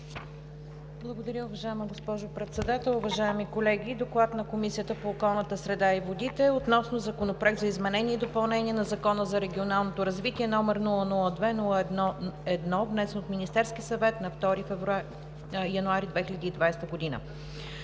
Благодаря, уважаема госпожо Председател. Уважаеми колеги! „ДОКЛАД на Комисията по околната среда и водите относно Законопроект за изменение и допълнение на Закона за регионалното развитие, № 002-01-1, внесен от Министерския съвет на 2 януари 2020 г.